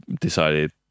decided